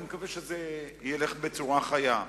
אני מקווה שזה ילך בצורה חיה.